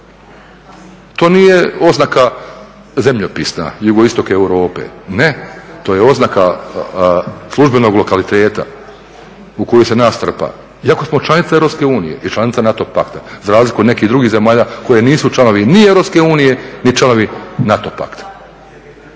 To nije oznaka zemljopisna jugoistok Europe, ne to je oznaka službenog lokaliteta u koji se nas trpa, iako smo članica EU i članica NATO pakta za razliku od nekih drugih zemalja koje nisu članovi ni EU, ni članovi NATO pakta.